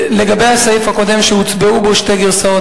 לגבי הסעיף הקודם שהוצבעו בו שתי גרסאות.